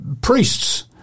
priests